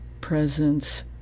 presence